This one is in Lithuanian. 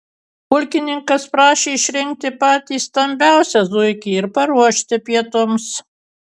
pulkininkas prašė išrinkti patį stambiausią zuikį ir paruošti pietums